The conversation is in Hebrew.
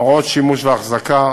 הוראות שימוש ואחזקה,